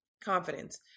confidence